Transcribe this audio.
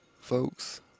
folks